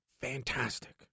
Fantastic